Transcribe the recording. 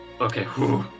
okay